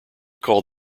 called